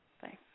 Thanks